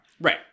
right